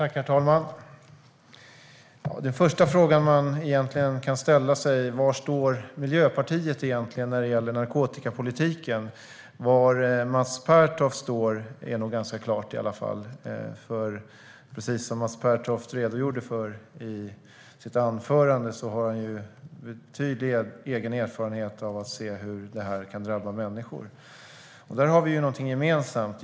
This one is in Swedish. Herr talman! Den första frågan man kan ställa sig är: Var står Miljöpartiet egentligen när det gäller narkotikapolitiken? Var Mats Pertoft står är nog ganska klart i alla fall, för precis som han redogjorde för i sitt anförande har han betydlig erfarenhet av hur det här kan drabba människor. Där har vi något gemensamt.